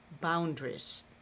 boundaries